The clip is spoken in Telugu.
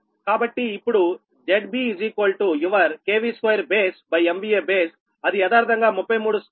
కాబట్టి ఇప్పుడు ZB your 2baseMVA base అది యదార్ధంగా 332100అనగా 10